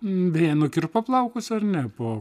beje nukirpo plaukus ar ne po